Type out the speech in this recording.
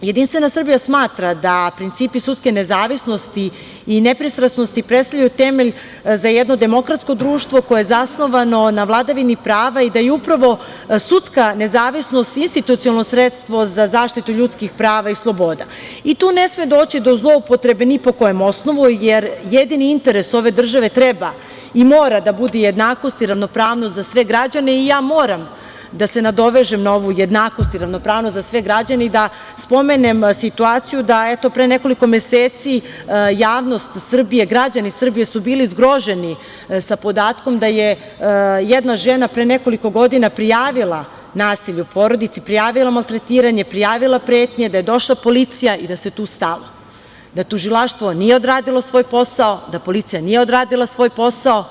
Jedinstvena Srbija smatra da principi sudske nezavisnosti i nepristrasnosti predstavljaju temelj za jedno demokratsko društvo koje je zasnovano na vladavini prava i da je upravo sudska nezavisnost institucionalno sredstva za zaštitu ljuskih prava i sloboda i tu ne sme doći do zloupotrebe ni po kojem osnovu, jer jedini interes ove države treba i mora da bude jednakost i ravnopravnost za sve građane i ja moram da se nadovežem na ovu jednakost i ravnopravnost za sve građane i da spomenem situaciju da, eto, pre nekoliko meseci javnost Srbije, građani Srbije su bili zgroženi sa podatkom da je jedna žena pre nekoliko godina prijavila nasilje u porodici, prijavila maltretiranje, prijavila pretnje, da je došla policija i da se tu stalo, da tužilaštvo nije odradilo svoj posao, da policija nije odradila svoj posao.